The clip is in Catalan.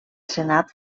senat